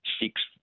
Six